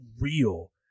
real